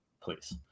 please